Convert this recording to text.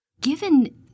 Given